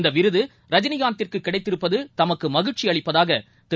இந்தவிருதரஜினிகாந்திற்குகிடைத்திருப்பதுதமக்குமகிழ்ச்சிஅளிப்பதாகதிரு